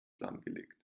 lahmgelegt